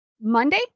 Monday